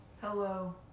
Hello